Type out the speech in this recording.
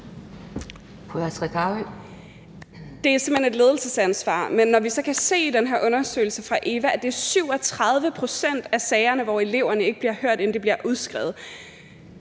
Det er simpelt hen et ledelsesansvar. Men når vi så kan se i den her undersøgelse fra EVA, at det er i 37 pct. af sagerne, hvor eleverne ikke bliver hørt, inden de bliver udskrevet,